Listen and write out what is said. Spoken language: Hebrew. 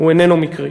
איננו מקרי.